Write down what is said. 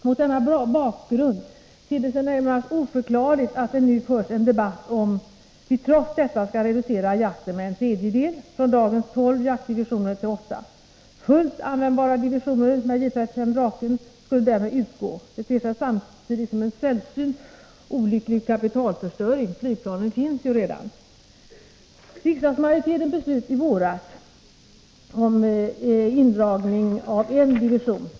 Mot denna bakgrund ter det sig närmast oförklarligt att det nu förs en debatt huruvida vi trots detta skall reducera jakten med en tredjedel, från dagens tolv jaktdivisioner till åtta. Fullt användbara divisioner med J 35 Draken skulle därmed utgå. Det ter sig samtidigt som en sällsynt olycklig kapitalförstöring. Flygplanen finns ju redan. Riksdagsmajoriteten beslöt i våras om indragning av en division.